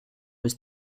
was